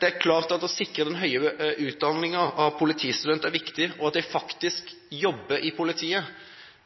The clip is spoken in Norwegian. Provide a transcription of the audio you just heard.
Det er klart at det å sikre den høyere utdanningen av politistudenter er viktig, og at de faktisk jobber i politiet.